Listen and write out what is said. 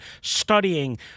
studying